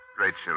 Rachel